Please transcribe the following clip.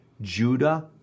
Judah